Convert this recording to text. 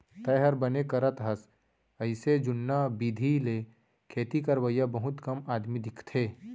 तैंहर बने करत हस अइसे जुन्ना बिधि ले खेती करवइया बहुत कम आदमी दिखथें